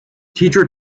teacher